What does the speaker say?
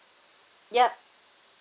yup